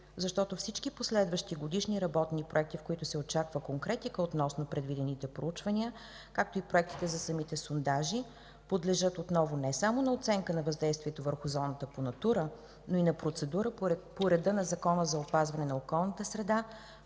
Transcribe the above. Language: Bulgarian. Защото всички последващи годишни работни проекти, в които се очаква конкретика относно предвидените проучвания, както и проектите за самите сондажи, подлежат отново не само на оценка на въздействието върху зоната по „Натура 2000”, но и на процедура по реда на Закона за опазване на околната среда,